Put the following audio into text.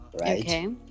right